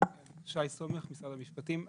שי סומך, משרד המשפטים.